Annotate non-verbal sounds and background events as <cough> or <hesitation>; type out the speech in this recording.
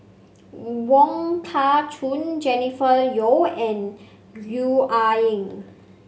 <hesitation> Wong Kah Chun Jennifer Yeo and Gwee Ah Leng